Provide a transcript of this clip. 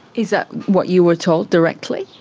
is that what you were told directly?